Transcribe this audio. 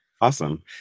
Awesome